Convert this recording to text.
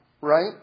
right